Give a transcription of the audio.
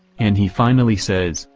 and he finally says,